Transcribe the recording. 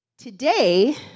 Today